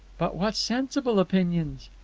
but what sensible opinions!